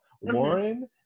Warren